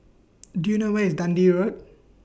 Do YOU know Where IS Dundee Road